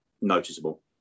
noticeable